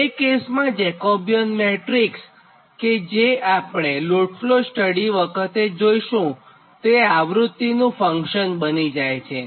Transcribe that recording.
તો એ કેસમાં જેકોબિયન મેટ્રીક્સ કે જે આપણે લોડ ફ્લો સ્ટડી વખતે જોઇશુંતે આવ્રૃત્તિનું ફંક્શન બની જાય છે